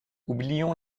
oublions